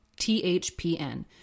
THPN